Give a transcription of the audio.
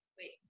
Wait